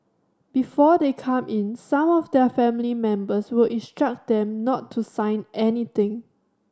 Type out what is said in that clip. before they come in some of their family members will instruct them not to sign anything